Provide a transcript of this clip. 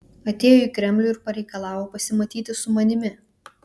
atėjo į kremlių ir pareikalavo pasimatyti su manimi